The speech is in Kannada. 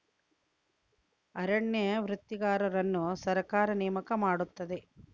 ಅರಣ್ಯ ವೃತ್ತಿಗಾರರನ್ನು ಸರ್ಕಾರ ನೇಮಕ ಮಾಡುತ್ತದೆ